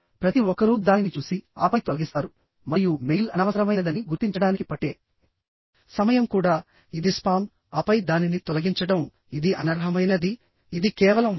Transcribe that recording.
ప్రతి ఒక్కరూ దానిని చూసి ఆపై తొలగిస్తారు మరియు మెయిల్ అనవసరమైనదని గుర్తించడానికి పట్టే సమయం కూడా ఇది స్పామ్ ఆపై దానిని తొలగించడం ఇది అనర్హమైనది ఇది కేవలం వృధా